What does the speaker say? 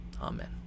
Amen